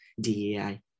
DEI